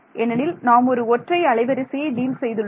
ஏனெனில் நாம் ஒரு ஒற்றை அலைவரிசையை டீல் செய்துள்ளோம்